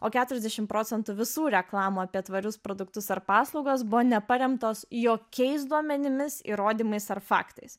o keturiasdešim procentų visų reklamų apie tvarius produktus ar paslaugas buvo neparemtos jokiais duomenimis įrodymais ar faktais